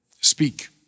Speak